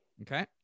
Okay